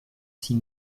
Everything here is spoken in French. six